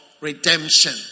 redemption